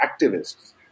activists